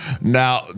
Now